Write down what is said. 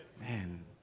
Man